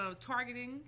targeting